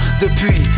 depuis